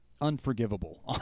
unforgivable